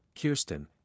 Kirsten